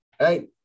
Right